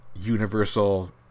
universal